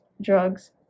drugs